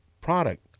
product